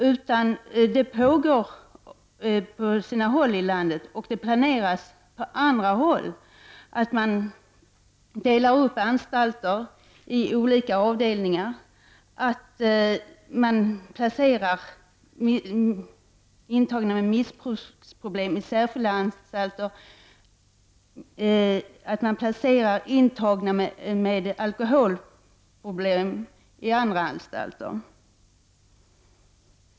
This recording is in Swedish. På sina håll i landet har man redan, och det planeras på andra håll, delat upp anstalterna i olika avdelningar för missbrukare. Man placerar intagna med narkotikaproblem i särskilda anstalter och intagna med alkoholproblem i andra.